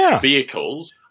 vehicles